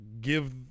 give